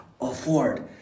afford